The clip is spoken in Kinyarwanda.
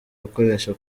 gukoresha